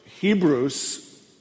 Hebrews